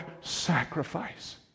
sacrifice